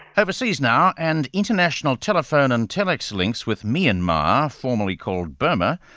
overseas now, and international telephone and telex links with myanmar, formerly called burma,